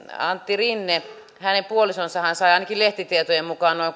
antti rinteen perheen hänen puolisonsahan sai ainakin lehtitietojen mukaan noin